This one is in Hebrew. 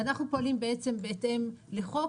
אנחנו פועלים בעצם להתאם לחוק,